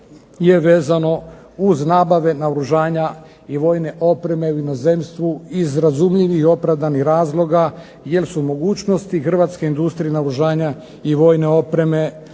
je vezano uz nabave naoružanja i vojne opreme u inozemstvu iz razumljivih i opravdanih razloga jer su mogućnosti Hrvatske industrije naoružanja i vojne opreme